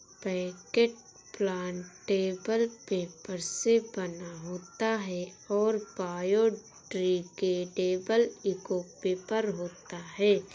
packet plantable paper से बना होता है और बायोडिग्रेडेबल इको पेपर होता है